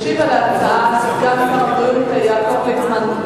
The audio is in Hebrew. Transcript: ישיב על ההצעה סגן שר הבריאות יעקב ליצמן.